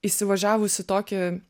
įsivažiavus į tokį